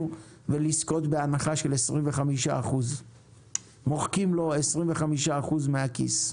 ולזכות בהנחה של 25%. מוחקים לו 25% מהכיס.